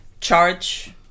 charge